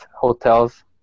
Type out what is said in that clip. hotels